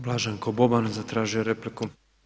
Blaženko Boban zatražio je repliku.